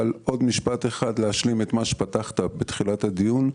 אבל עוד משפט אחד להשלים את מה שפתחת בתחילת הדיון: